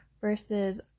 versus